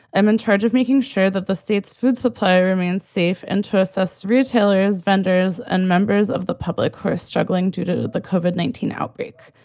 i'm in charge of making sure that the state's food supply remains safe and trust us retailers, venders and members of the public who are struggling to do the covered nineteen outbreak.